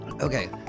Okay